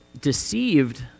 deceived